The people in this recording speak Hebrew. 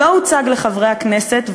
שלא הוצג לחברי הכנסת,